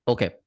Okay